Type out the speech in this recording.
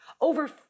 over